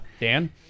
Dan